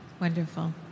Wonderful